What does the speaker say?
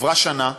עברה שנה.